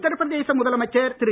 உத்தரப்பிரதேச முதலமைச்சர் திரு